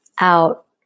out